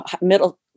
middle